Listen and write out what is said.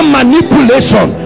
manipulation